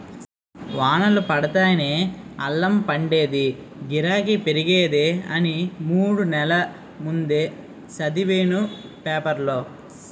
వానలు పడితేనే అల్లం పండేదీ, గిరాకీ పెరిగేది అని మూడు నెల్ల ముందే సదివేను పేపరులో